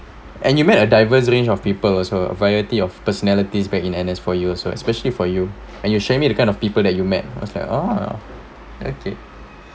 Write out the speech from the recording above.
and you met a diverse range of people also variety of personalities back in N_S for you also especially for you and you share me the kind of people that you met I was like orh okay